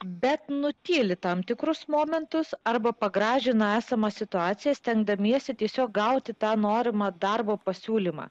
bet nutyli tam tikrus momentus arba pagražina esamą situaciją stengdamiesi tiesiog gauti tą norimą darbo pasiūlymą